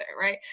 right